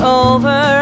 over